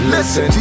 Listen